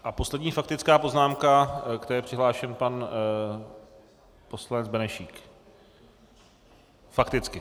A poslední faktická poznámka, k té je přihlášen pan poslanec Benešík. Fakticky.